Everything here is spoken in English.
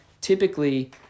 typically